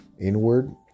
inward